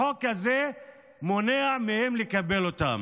החוק הזה מונע מהם לקבל אותם.